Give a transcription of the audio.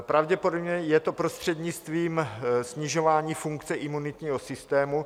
Pravděpodobně je to prostřednictvím snižování funkce imunitního systému.